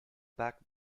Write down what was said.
back